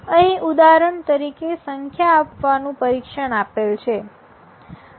અહીં ઉદાહરણ તરીકે સંજ્ઞા આપવાનું પરીક્ષણ આપેલ છે